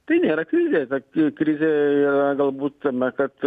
tai nėra krizė krizė yra galbūt tame kad